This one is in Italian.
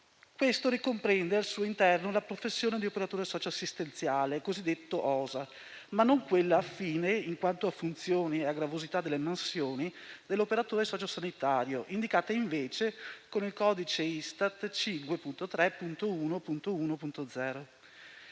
Questo ricomprende al suo interno la professione di operatore socioassistenziale, cosiddetto OSA, ma non quella affine, in quanto a funzioni e a gravosità delle mansioni, dell'operatore socio-sanitario, indicata invece con il codice Istat 5.3.1.1.0.